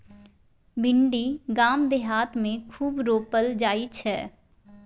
भिंडी गाम देहात मे खूब रोपल जाई छै